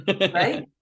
Right